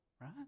right